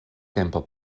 tempo